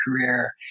career